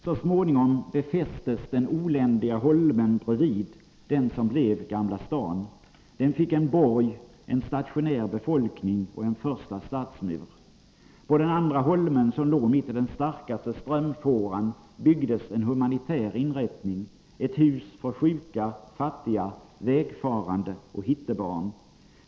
Så småningom befästes den oländiga holmen bredvid, den som blev Gamla stan. Den fick en borg, en stationär befolkning och en första stadsmur. På den andra holmen som låg mitt i den starkaste strömfåran byggdes en humanitär inrättning — ett hus för sjuka, fattiga, vägfarande och hittebarn.